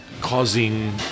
causing